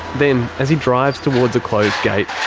then, as he drives towards a closed gate,